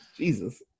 Jesus